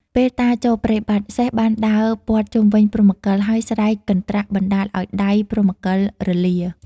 ពេលតាចូលព្រៃបាត់ សេះបានដើរព័ទ្ធជុំវិញព្រហ្មកិល ហើយស្រែកកន្ត្រាក់បណ្តាលឱ្យដៃព្រហ្មកិលរលា ។